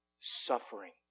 suffering